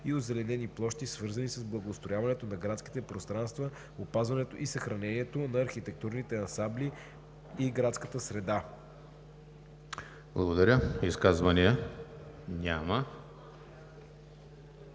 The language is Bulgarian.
и озеленени площи, свързани с благоустрояването на градските пространства, опазването и съхраняването на архитектурните ансамбли и градската среда.“ ПРЕДСЕДАТЕЛ